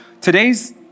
Today's